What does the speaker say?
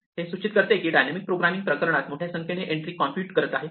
हे सूचित करते की डायनॅमिक प्रोग्रामिंग प्रकरणात मोठ्या संख्येने एंट्री कॉम्प्युट करत आहे